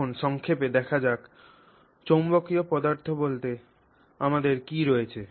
এখন সংক্ষেপে দেখা যাক চৌম্বকীয় পদার্থ বলতে আমাদের কী রয়েছে